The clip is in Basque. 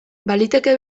baliteke